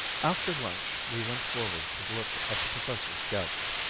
after lunch we went forward to look at the professor's gadget,